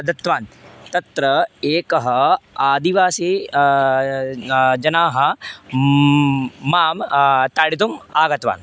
दत्तवान् तत्र एकः आदिवासी न जनाः मां ताडयितुम् आगतवान्